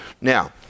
Now